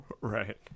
right